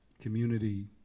community